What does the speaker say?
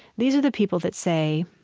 these are the people that say,